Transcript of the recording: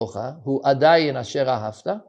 ‫הוא עדיין אשר אהבת.